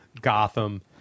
Gotham